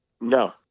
No